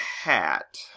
Hat